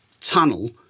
tunnel